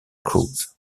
cruz